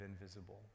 invisible